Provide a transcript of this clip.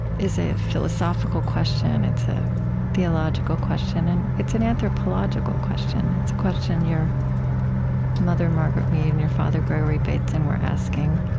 is a philosophical question. it's a theological question, and it's an anthropological question. it's a question your mother, margaret mead, and your father, gregory bateson, were asking.